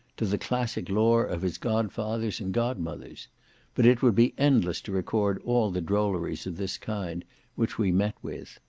to the classic lore of his godfathers and godmothers but it would be endless to record all the drolleries of this kind which we met with.